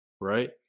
Right